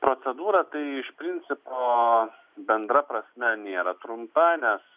procedūra tai iš principo bendra prasme nėra trumpa nes